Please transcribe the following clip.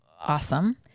awesome